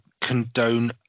condone